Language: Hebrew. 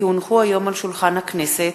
כי הונחו היום על שולחן הכנסת,